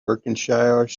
berkshire